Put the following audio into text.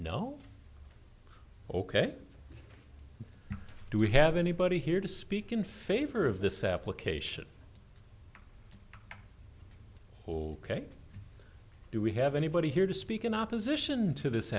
no ok do we have anybody here to speak in favor of this application do we have anybody here to speak in opposition to this